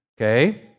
Okay